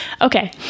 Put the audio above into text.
Okay